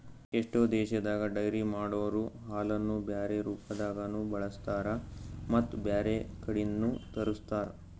ಎಷ್ಟೋ ದೇಶದಾಗ ಡೈರಿ ಮಾಡೊರೊ ಹಾಲನ್ನು ಬ್ಯಾರೆ ರೂಪದಾಗನೂ ಬಳಸ್ತಾರ ಮತ್ತ್ ಬ್ಯಾರೆ ಕಡಿದ್ನು ತರುಸ್ತಾರ್